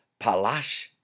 Palash